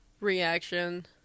reaction